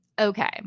Okay